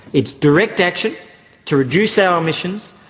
it's direct action to reduce our emissions,